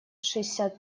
шестьдесят